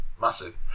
massive